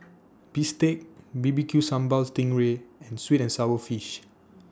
Bistake B B Q Sambal Sting Ray and Sweet and Sour Fish